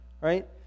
right